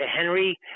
Henry